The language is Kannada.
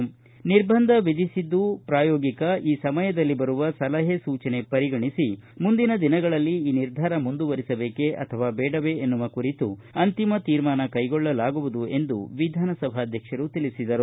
ಪ್ರಾಯೋಗಿಕವಾಗಿ ನಿರ್ಬಂಧ ವಿಧಿಸಿದ್ದು ಈ ಸಮಯದಲ್ಲಿ ಬರುವ ಸಲಹೆ ಸೂಚನೆ ಪರಿಗಣಿಸಿ ಮುಂದಿನ ದಿನಗಳಲ್ಲಿ ಈ ನಿರ್ಧಾರ ಮುಂದುವರೆಸಬೇಕೆ ಅಥವಾ ಬೇಡವೆ ಎನ್ನುವ ಕುರಿತು ಅಂತಿಮ ತೀರ್ಮಾನ ಕ್ಷೆಗೊಳ್ಳಲಾಗುವುದು ಎಂದು ಸಭಾಧ್ಯಕ್ಷರು ತಿಳಿಸಿದರು